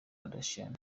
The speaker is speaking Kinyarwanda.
kardashian